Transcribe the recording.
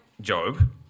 Job